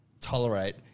tolerate